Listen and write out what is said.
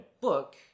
book